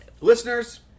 Listeners